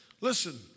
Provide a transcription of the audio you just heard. listen